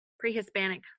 pre-Hispanic